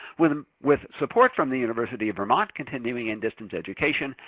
with um with support from the university of vermont continuing and distance education,